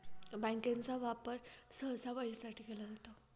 बँकांचा वापर सहसा पैशासाठी केला जातो